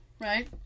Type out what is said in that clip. right